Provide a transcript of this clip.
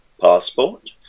passport